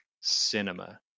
cinema